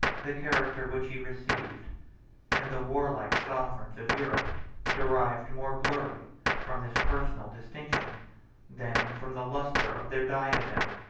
the character which he received and the warlike sovereigns of europe derived more glory from this personal distinction than from the lustre of their diadem.